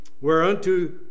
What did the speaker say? whereunto